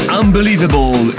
unbelievable